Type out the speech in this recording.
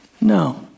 No